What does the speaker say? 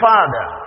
Father